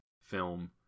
film